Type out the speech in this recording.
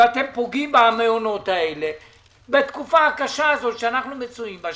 ואתם פוגעים במעונות האלה בתקופה הקשה הזאת שאנחנו מצויים בה,